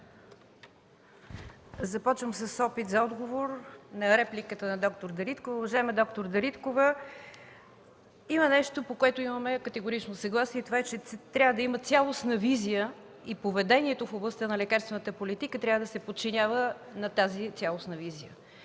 Започвам с опит за отговор на репликата на д-р Дариткова. Уважаема д-р Дариткова, има нещо, по което имаме категорично съгласие и това е, че трябва да има цялостна визия и поведението в областта на лекарствената политика трябва да се подчинява на тази цялостна визия.